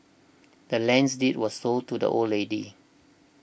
the land's deed was sold to the old lady